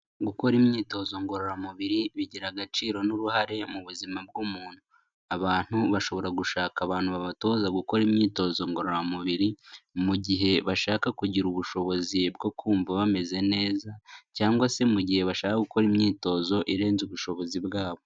Gukora imyitozo ngororamubiri bigira agaciro n'uruhare mu buzima bw'umuntu. Abantu bashobora gushaka abantu babatoza gukora imyitozo ngororamubiri mu gihe bashaka kugira ubushobozi bwo kumva bameze neza cyangwa se mu gihe bashaka gukora imyitozo irenze ubushobozi bwabo.